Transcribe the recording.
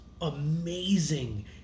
amazing